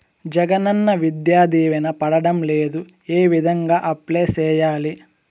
జగనన్న విద్యా దీవెన పడడం లేదు ఏ విధంగా అప్లై సేయాలి